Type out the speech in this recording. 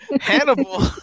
Hannibal